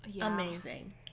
amazing